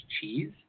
cheese